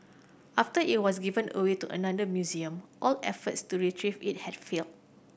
after it was given away to another museum all efforts to retrieve it had failed